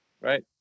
right